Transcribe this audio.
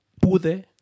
pude